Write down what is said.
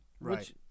Right